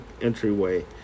entryway